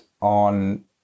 on